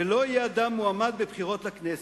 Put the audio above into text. ולא יהיה אדם מועמד בבחירות לכנסת,